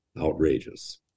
outrageous